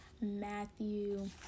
Matthew